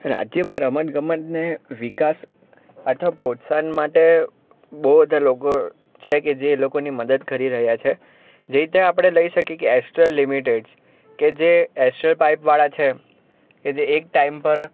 રાજ્યમાં રમતગમતને વિકાસ અથવા પ્રોત્સાહન માટે બહુ બધા લોકો છે કે જે એ લોકોની મદદ કરી રહ્યા છે જે રીતે આપણે લઈ શકીએ કે એસ્ટ્રલ લિમિટેડ કે જે એસ્ટર પાઇપવાળા છે કે જે એક ટાઈમ પર